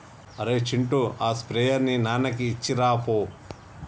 అరేయ్ చింటూ ఆ స్ప్రేయర్ ని నాన్నకి ఇచ్చిరాపో